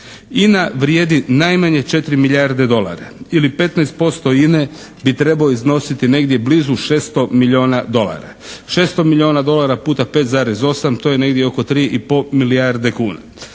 INA vrijedi najmanje 4 milijarde dolara ili 15% INA-e bi trebalo iznositi negdje blizu 600 milijuna dolara. Šesto milijuna dolara puta 5,8 to je negdje oko 3 i po milijarde kuna.